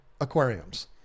aquariums